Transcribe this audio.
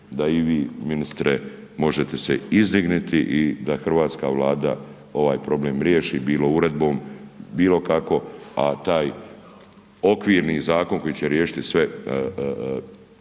da i vi ministre možete se izdignuti i da hrvatska Vlada ovaj problem riješi bilo uredbom, bilo kako a taj okvirni zakon koji će riješiti